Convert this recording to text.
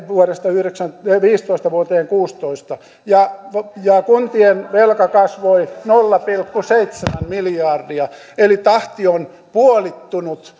vuodesta viisitoista vuoteen kuusitoista ja ja kuntien velka kasvoi nolla pilkku seitsemän miljardia eli tahti on puolittunut